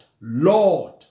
Lord